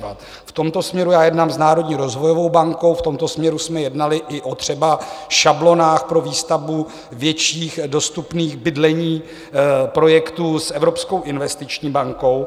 V tomto směru jednám s Národní rozvojovou bankou, v tomto směru jsme jednali třeba o šablonách pro výstavbu větších dostupných bydlení, projektů s Evropskou investiční bankou.